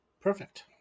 Perfect